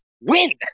Win